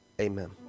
Amen